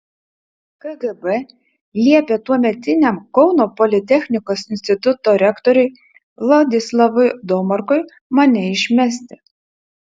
kgb liepė tuometiniam kauno politechnikos instituto rektoriui vladislavui domarkui mane išmesti